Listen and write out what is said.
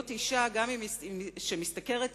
להיות אשה שמשתכרת אפילו,